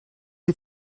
you